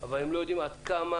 ולא יודעים עד כמה